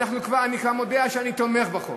אני כבר מודיע שאני תומך בחוק,